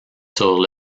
sur